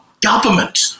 government